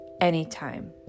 anytime